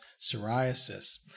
psoriasis